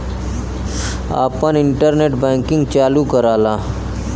आपन internet banking चालू कराला